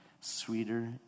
sweeter